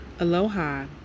Aloha